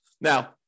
Now